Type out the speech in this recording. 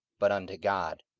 but unto god.